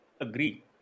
agree